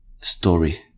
story